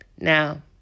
Now